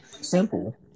simple